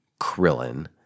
Krillin